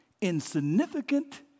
insignificant